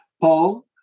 Paul